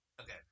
okay